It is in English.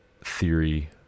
theory